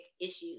issues